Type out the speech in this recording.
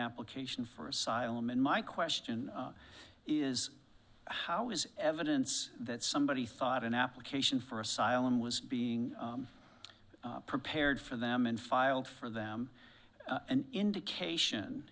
application for asylum and my question is how is evidence that somebody thought an application for asylum was being prepared for them and filed for them an indication